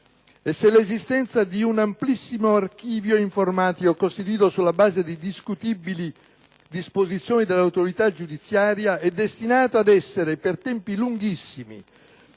è se l'esistenza di un amplissimo archivio informatico, costituito sulla base di discutibili disposizioni dell'autorità giudiziaria e destinato ad essere per tempi lunghissimi